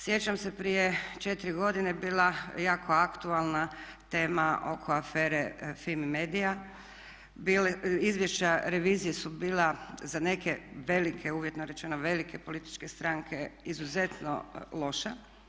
Sjećam se prije 4 godine je bila jako aktualna tema oko afere FIMI-MEDIA, izvješća revizije su bila za neke velike uvjetno rečeno, velike političke stranke izuzetno loša.